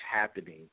happening